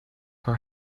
her